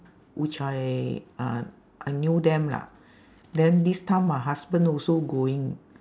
which I uh I knew them lah then this time my husband also going